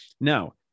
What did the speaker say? Now